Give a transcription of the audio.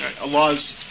Allah's